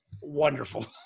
wonderful